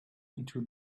into